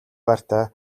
байртай